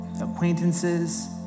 acquaintances